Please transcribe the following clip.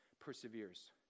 perseveres